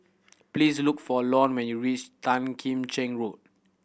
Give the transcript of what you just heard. please look for Lon when you reach Tan Kim Cheng Road